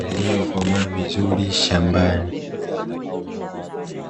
yaliyokomaa vizuri shambani.